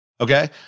Okay